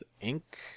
Ink